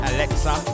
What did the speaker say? Alexa